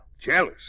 Jealous